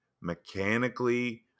mechanically